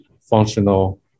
functional